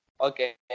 Okay